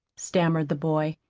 stammered the boy.